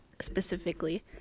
specifically